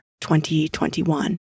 2021